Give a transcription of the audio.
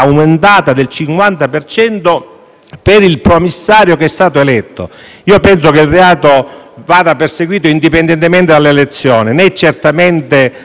per il promissario che è stato eletto. Io penso che il reato vada perseguito indipendentemente dall'elezione, né certamente l'elezione